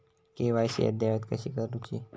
KYC अद्ययावत कशी करुची?